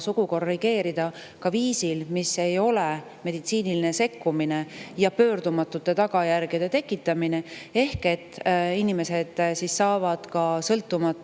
sugu korrigeerida ka viisil, mis ei ole meditsiiniline sekkumine pöördumatute tagajärgede tekitamisega, ehk inimesed saavad sõltumata